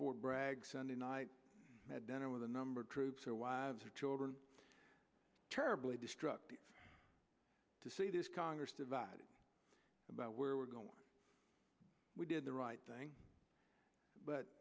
fort bragg sunday night had dinner with a number of troops or wives or children terribly destructive to see this congress divided about where we're going we did the right thing but